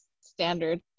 standard